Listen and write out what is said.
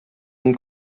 von